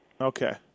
Okay